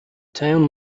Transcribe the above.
town